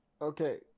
Okay